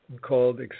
called